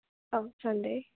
অঁ চানডে